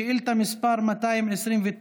שאילתה מס' 229,